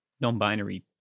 non-binary